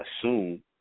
assume